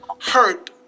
hurt